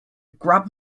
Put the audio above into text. grab